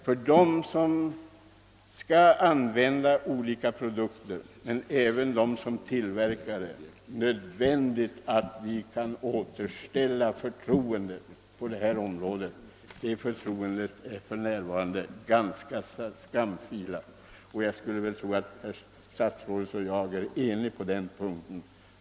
För dem som skall använda olika produkter och även för dem som tillverkar dessa är det nödvändigt att vi kan återställa förtroendet på detta område. Detta förtroende är för närvarande ganska skamfilat. Jag skulle tro att herr statsrådet och jag är eniga på den punkten.